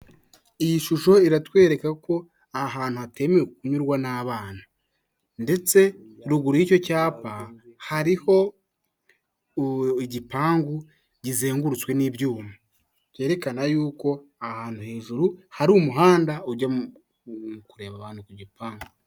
Iyi shusho iratwereka ko aha hantu hatemewe kunyurwa n'abana ndetse ruguru y'icyo cyapa hariho igipangu kizengurutswe n'ibyuma. Byerekana yuko ahantu hejuru hari umuhanda ujya kureba abantu ku gipangu.